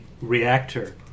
reactor